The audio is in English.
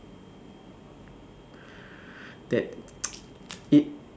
that it